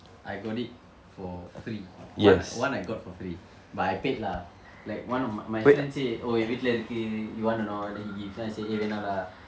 I got it for free one one I got for free but I paid lah like one of my my friend say oh என் வீட்ல இருக்கு:en vitla irukku you want or not then he give then I say eh வேண்டாம்:vaendaam lah